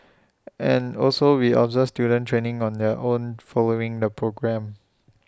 and also we observe students training on their own following the programme